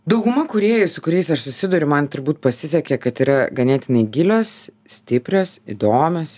dauguma kūrėjų su kuriais aš susiduriu man turbūt pasisekė kad yra ganėtinai gilios stiprios įdomios